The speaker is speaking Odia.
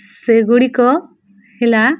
ସେଗୁଡ଼ିକ ହେଲା